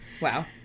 Wow